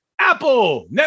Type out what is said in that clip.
Apple